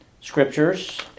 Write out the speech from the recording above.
scriptures